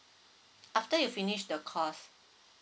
after you finish the course